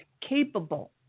capable